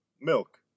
milk